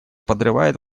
подрывает